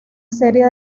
serie